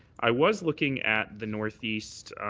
i was looking at the northeast